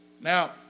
Now